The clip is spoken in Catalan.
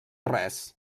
res